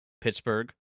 Pittsburgh